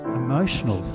emotional